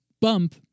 bump